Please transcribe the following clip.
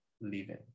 living